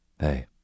Hey